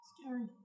Scary